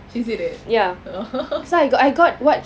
she said that